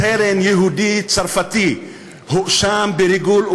סרן יהודי צרפתי הואשם בריגול,